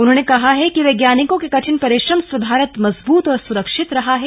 उन्होंने कहा है कि वैज्ञानिकों के कठिन परिश्रम से भारत मजबूत और सुरक्षित रहा है